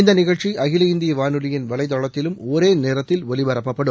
இந்த நிகழ்ச்சி அகில இந்திய வானொலியின் வலை தளத்திலும் ஒரே நேரத்தில் ஒலிபரப்பப்படும்